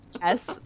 Yes